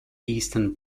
eastern